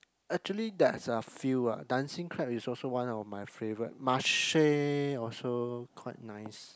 actually there's a few ah Dancing-Crab is also one of my favorite Marche also quite nice